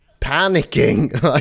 panicking